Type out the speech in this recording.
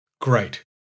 great